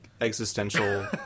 existential